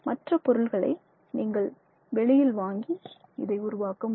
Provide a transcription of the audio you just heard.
மற்ற பொருள்களை நீங்கள் வெளியில் வாங்கி இதை உருவாக்க முடியும்